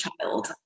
child